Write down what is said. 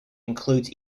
includes